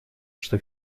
что